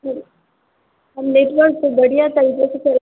हम नेटवर्कके बढ़िआँ तरीकेसे चला